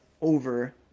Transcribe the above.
over